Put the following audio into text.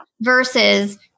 versus